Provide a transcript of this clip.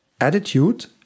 attitude